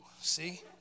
see